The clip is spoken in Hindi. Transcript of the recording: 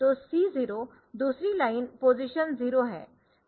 तो C0 दूसरी लाइन पोजीशन 0 है